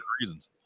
reasons